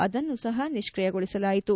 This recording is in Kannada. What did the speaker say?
ಅದನ್ನು ಸಹ ನಿಷ್ಠಿಯಗೊಳಿಸಲಾಯಿತು